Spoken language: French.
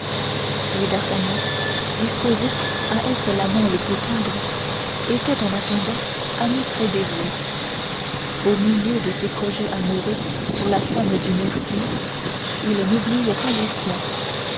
puis d'artagnan disposé à être l'amant le plus tendre était en attendant un ami très dévoué au milieu de ses projets amoureux sur la femme du mercier il n'oubliait pas les siens